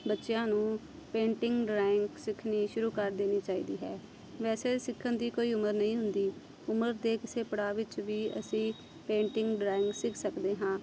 ਬੱਚਿਆਂ ਨੂੰ painting drawing ਸਿੱਖਣੀ ਸ਼ੁਰੂ ਕਰ ਦੇਣੀ ਚਾਹੀਦੀ ਹੈ ਵੈਸੇ ਸਿੱਖਣ ਦੀ ਕੋਈ ਉਮਰ ਨਹੀਂ ਹੁੰਦੀ ਉਮਰ ਦੇ ਕਿਸੇ ਪੜਾਅ ਵਿੱਚ ਵੀ ਅਸੀਂ ਪੇਂਟਿੰਗ ਡਰਾਇੰਗ ਸਿੱਖ ਸਕਦੇ ਹਾਂ